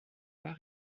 pas